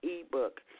ebook